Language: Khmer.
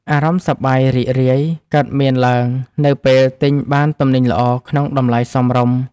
អារម្មណ៍សប្បាយរីករាយកើតមានឡើងនៅពេលទិញបានទំនិញល្អក្នុងតម្លៃសមរម្យ។